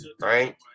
Right